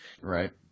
Right